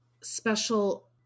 special